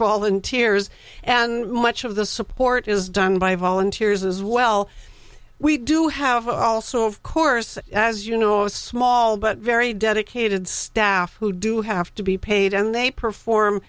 volunteers and much of the support is done by volunteers as well we do have also of course as you know a small but very dedicated staff who do have to be paid and they perform